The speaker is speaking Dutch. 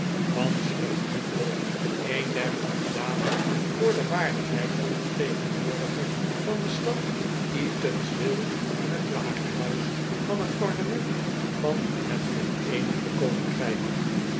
van slumkeyhall een der candidaten voor de waardigheld van vertegenwoordiger van de stad eatanswill in het lagerhuis van het parlement van het vereenigde koninkrijk